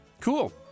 Cool